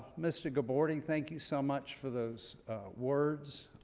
mr. gabordi thank you so much for those words.